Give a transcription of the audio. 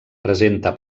presenta